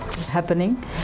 happening